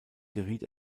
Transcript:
geriet